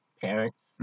parents